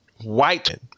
White